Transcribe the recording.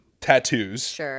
tattoos